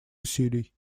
усилий